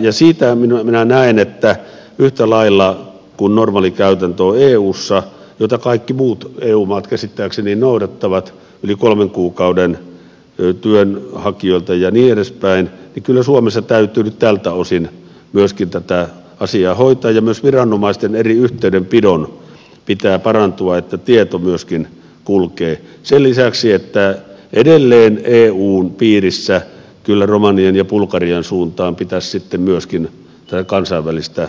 ja siitä minä näen kun eussa on normaalikäytäntö jota kaikki muut eu maat käsittääkseni noudattavat yli kolmen kuukauden työnhakijoilta ja niin edespäin että kyllä suomessa täytyy yhtä lailla nyt tältä osin myöskin tätä asiaa hoitaa ja myös viranomaisten eri yhteydenpidon pitää parantua että tieto myöskin kulkee sen lisäksi että edelleen eun piirissä kyllä romanian ja bulgarian suuntaan pitäisi sitten myöskin tätä kansainvälistä